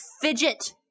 fidget